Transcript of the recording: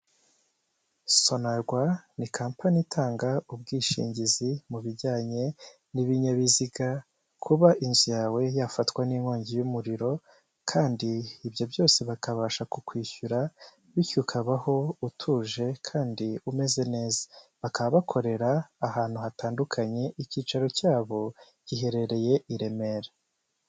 Sonarwa ni company itanga ubwishingizi mu bijyanye n'ibinyabiziga, kuba inzu yawe yafatwa n'inkongi y'umuriro kandi ibyo byose bakabasha kukwishyura, bityo ukabaho utuje kandi umeze neza, bakaba bakorera ahantu hatandukanye, icyicaro cyabo giherereye i Remera.